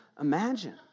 imagine